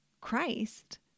Christ